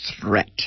threat